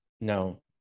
no